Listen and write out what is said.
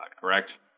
correct